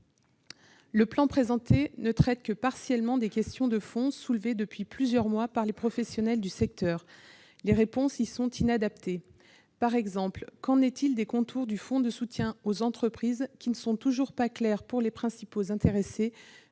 Le plan présenté ne traite que partiellement les questions de fond soulevées depuis plusieurs mois par les professionnels du secteur, et les réponses y sont inadaptées. Ainsi, qu'en est-il des contours du fonds de soutien aux entreprises, qui ne sont toujours pas clairs pour les principaux intéressés